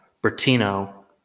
Bertino